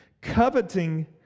Coveting